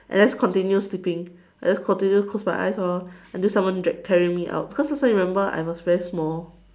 I just continue sleeping I just continue close my eyes orh until someone drag carry me out cause last time remember I was very small